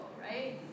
right